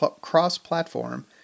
cross-platform